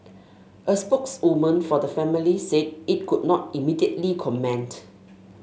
a spokeswoman for the family said it could not immediately comment